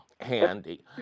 handy